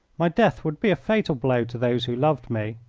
my death would be a fatal blow to those who loved me,